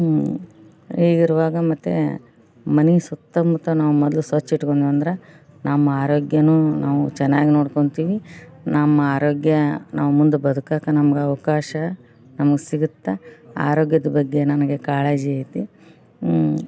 ಹೀಗಿರುವಾಗ ಮತ್ತೆ ಮನೆ ಸುತ್ತ ಮುತ್ತ ನಾವು ಮೊದ್ಲು ಸ್ವಚ್ಛ ಇಟ್ಕೊಂಡ್ವಿ ಅಂದ್ರೆ ನಮ್ಮ ಆರೋಗ್ಯನೂ ನಾವು ಚೆನ್ನಾಗಿ ನೋಡ್ಕಳ್ತೀವಿ ನಮ್ಮ ಆರೋಗ್ಯ ನಾವು ಮುಂದೆ ಬದ್ಕೋಕೆ ನಮ್ಗೆ ಅವಕಾಶ ನಮ್ಗೆ ಸಿಗುತ್ತೆ ಆರೋಗ್ಯದ ಬಗ್ಗೆ ನನಗೆ ಕಾಳಜಿ ಐತಿ